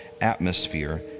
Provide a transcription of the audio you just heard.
atmosphere